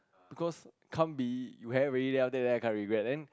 because can't be you have it already then after that become regret then